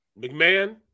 McMahon